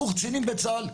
קורס קצינים בצה"ל.